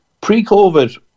Pre-COVID